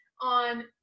on